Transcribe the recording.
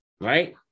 right